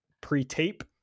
pre-tape